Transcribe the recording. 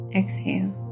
exhale